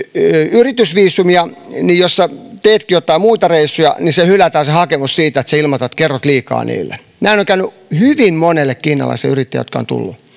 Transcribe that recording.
yritysviisumia ja jos teetkin joitain muita reissuja niin se hakemus hylätään kun kerrot liikaa heille näin on käynyt hyvin monelle kiinalaiselle yrittäjälle jotka ovat tulleet